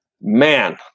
man